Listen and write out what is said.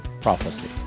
Prophecy